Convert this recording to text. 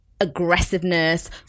aggressiveness